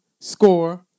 score